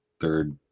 third